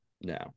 No